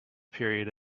period